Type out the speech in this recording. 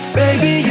baby